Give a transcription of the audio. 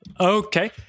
Okay